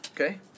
Okay